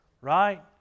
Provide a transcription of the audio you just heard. right